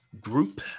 group